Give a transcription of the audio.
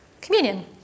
communion